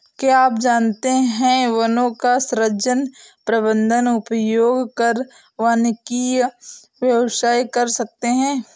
क्या आप जानते है वनों का सृजन, प्रबन्धन, उपयोग कर वानिकी व्यवसाय कर सकते है?